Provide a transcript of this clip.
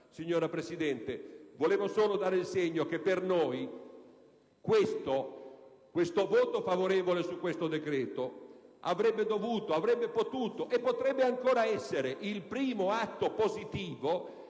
vostra pazienza. Volevo solo dare il segno che per noi il voto favorevole su questo decreto avrebbe dovuto e potuto, e potrebbe ancora essere, il primo atto positivo,